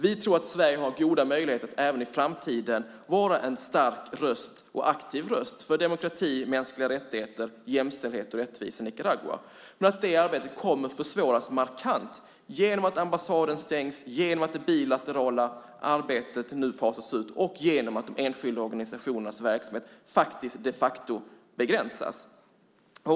Vi tror att Sverige har goda möjligheter att även i framtiden vara en stark och aktiv röst för demokrati, mänskliga rättigheter, jämställdhet och rättvisa i Nicaragua, men att det arbetet kommer att försvåras markant genom att ambassaden stängs, genom att det bilaterala arbetet nu fasas ut och genom att de enskilda organisationernas verksamhet de facto begränsas.